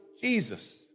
Jesus